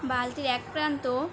বালতির এক প্রান্ত